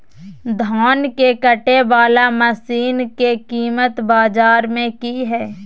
धान के कटे बाला मसीन के कीमत बाजार में की हाय?